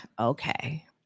okay